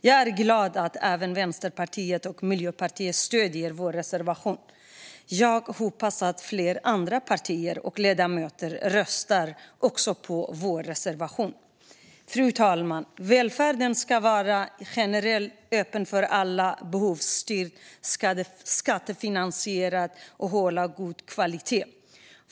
Jag är glad att även Vänsterpartiet och Miljöpartiet stöder vår reservation, och jag hoppas att fler partier och ledamöter röstar på den. Fru talman! Välfärden ska vara generell, öppen för alla, behovsstyrd och skattefinansierad och ska hålla god kvalitet.